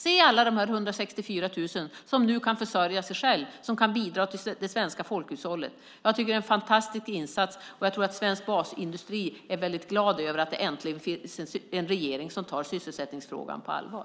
Se alla dessa 164 000 som nu kan försörja sig själva, som kan bidra till det svenska folkhushållet! Jag tycker att det är en fantastisk insats, och jag tror att svensk basindustri är väldigt glad över att det äntligen finns en regering som tar sysselsättningsfrågan på allvar.